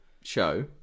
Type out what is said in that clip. show